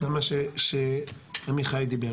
גם מה שעמיחי דיבר,